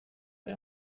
aya